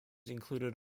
included